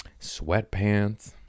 Sweatpants